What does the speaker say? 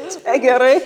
čia gerai